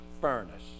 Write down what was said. furnace